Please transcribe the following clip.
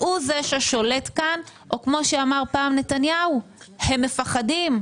הוא זה ששולט כאן או כמו שאמר פעם נתניהו הם מפחדים.